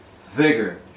vigor